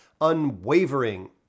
unwavering